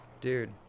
dude